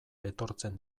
etortzen